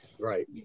Right